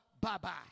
bye-bye